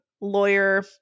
lawyer